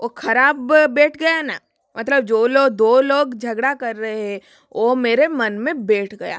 वो खराब बैठ गया ना मतलब जो लोग दो लोग झगड़ा कर रहे है वो मेरे मन में बैठ गया